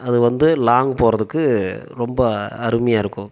அது வந்து லாங் போகிறதுக்கு ரொம்ப அருமையாக இருக்கும்